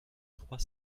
trois